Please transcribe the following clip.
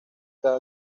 cada